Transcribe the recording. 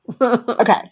Okay